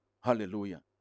Hallelujah